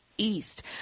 East